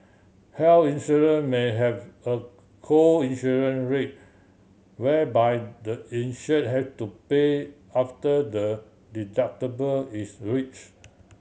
health insurance may have a co insurance rate whereby the insured have to pay after the deductible is reach